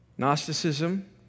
Gnosticism